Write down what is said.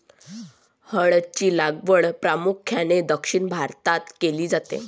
हळद ची लागवड प्रामुख्याने दक्षिण भारतात केली जाते